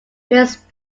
prince